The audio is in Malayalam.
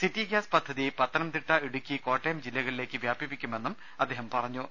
സിറ്റി ഗ്യാസ് പദ്ധതി പത്തനംതിട്ട ഇടുക്കി കോട്ടയം ജില്ലകളിലേക്ക് വ്യാപിപ്പിക്കുമെന്നും അദ്ദേഹം അറിയിച്ചു